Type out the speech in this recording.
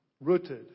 Rooted